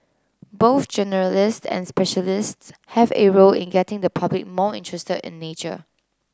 both generalists and specialists have a role in getting the public more interested in nature